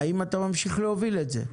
האם אתה ממשיך להוביל את זה?